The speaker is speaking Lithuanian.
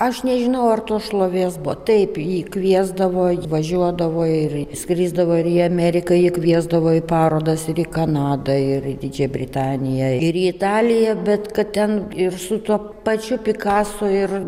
aš nežinau ar tos šlovės buvo taip jį kviesdavo važiuodavo ir skrisdavo ir į ameriką jį kviesdavo į parodas ir į kanadą ir didžiąją britaniją ir italiją bet kad ten ir su tuo pačiu pikaso ir